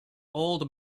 old